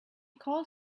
called